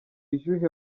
bushyuhe